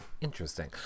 Interesting